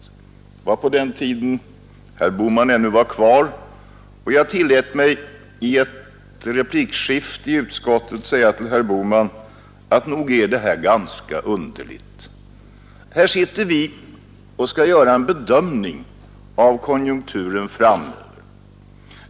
Det var på den tiden herr Bohman ännu var kvar i utskottet, och jag tillät mig i ett replikskifte i utskottet att säga till herr Bohman: Nog är det här ganska underligt. Här sitter vi och skall göra en bedömning av konjunkturen framöver.